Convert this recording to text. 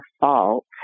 fault